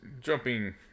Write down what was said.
jumping